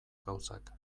gauzak